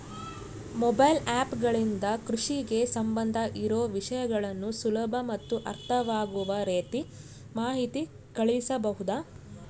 Mobile app ಗಳಿಂದ ಕೃಷಿಗೆ ಸಂಬಂಧ ಇರೊ ವಿಷಯಗಳನ್ನು ಸುಲಭ ಮತ್ತು ಅರ್ಥವಾಗುವ ರೇತಿ ಮಾಹಿತಿ ಕಳಿಸಬಹುದಾ?